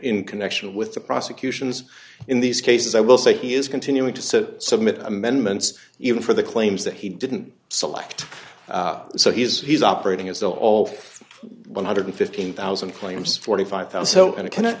in connection with the prosecutions in these cases i will say he is continuing to submit amendments even for the claims that he didn't select so he's he's operating as though all one hundred and fifteen thousand claims forty five pounds so and